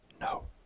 No